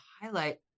highlight